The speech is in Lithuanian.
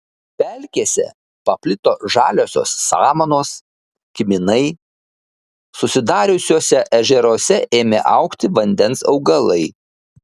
pelkėse paplito žaliosios samanos kiminai susidariusiuose ežeruose ėmė augti vandens augalai